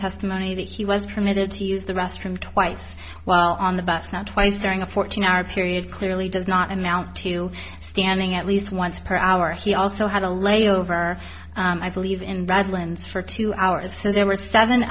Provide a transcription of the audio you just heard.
testimony that he was permitted to use the restroom twice while on the bus not twice during a fourteen hour period clearly does not amount to standing at least once per hour he also had a layover i believe in badlands for two hours so there were seven